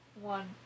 One